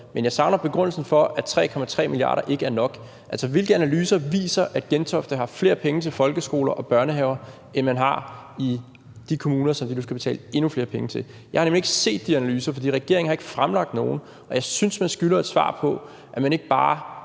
Men jeg savner begrundelsen for, at 3,3 mia. kr. ikke er nok. Hvilke analyser viser, at Gentofte har flere penge til folkeskoler og børnehaver, end de har i de kommuner, som Gentofte Kommune nu skal betale endnu flere penge til? Jeg har nemlig ikke set de analyser, for regeringen har ikke fremlagt nogen, og jeg synes, man skylder et svar på det; så man ikke bare